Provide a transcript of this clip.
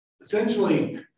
essentially